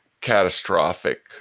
catastrophic